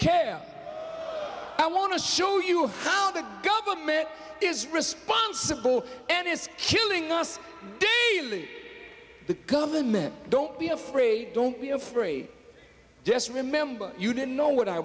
care i want to show you how the government is responsible and is killing us the government don't be afraid don't be a free just remember you didn't know what i